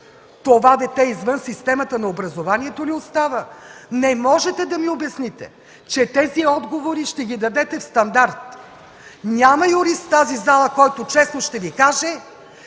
Това дете извън системата на образованието ли остава? Не можете да ми обясните, че тези отговори ще ги дадете в стандарт! Няма юрист в тази зала, който честно ще Ви каже,